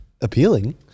Appealing